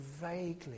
vaguely